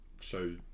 show